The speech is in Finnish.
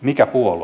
mikä puolue